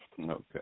Okay